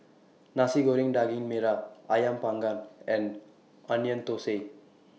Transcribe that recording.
Nasi Goreng Daging Merah Ayam Panggang and Onion Thosai